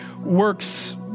works